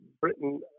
britain